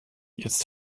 jetzt